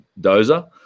dozer